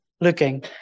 looking